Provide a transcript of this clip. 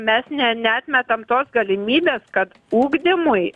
mes ne neatmetame tos galimybės kad ugdymui